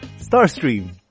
Starstream